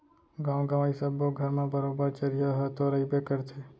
गॉंव गँवई सब्बो घर म बरोबर चरिहा ह तो रइबे करथे